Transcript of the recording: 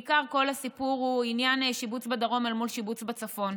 בעיקר כל הסיפור הוא עניין שיבוץ בדרום אל מול שיבוץ בצפון.